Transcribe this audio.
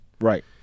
Right